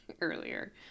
earlier